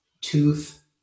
Tooth